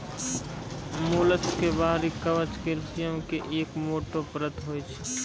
mollusc के बाहरी कवच कैल्सियम के एक मोटो परत होय छै